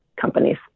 companies